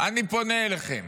אני פונה אליכם.